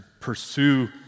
pursue